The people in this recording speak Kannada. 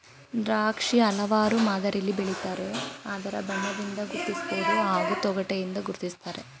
ದ್ರಾಕ್ಷಿ ಹಲವಾರು ಮಾದರಿಲಿ ಬೆಳಿತಾರೆ ಅದರ ಬಣ್ಣದಿಂದ ಗುರ್ತಿಸ್ಬೋದು ಹಾಗೂ ತೊಗಟೆಯಿಂದ ಗುರ್ತಿಸ್ತಾರೆ